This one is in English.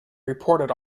reported